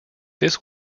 this